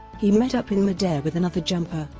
he met up in midair with another jumper,